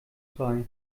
frei